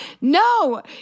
no